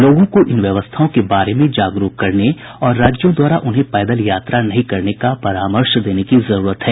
लोगों को इन व्यवस्थाओं के बारे में जागरूक करने और राज्यों द्वारा उन्हें पैदल यात्रा नहीं करने का परामर्श देने की जरूरत है